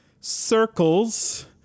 circles